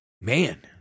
man